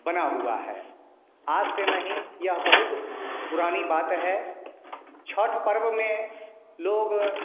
बना हुआ है आज से नहीं यह बहुत पुरानी बात है छठ पर्व में लोग